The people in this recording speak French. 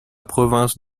province